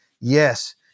yes